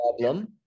problem